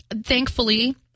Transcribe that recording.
thankfully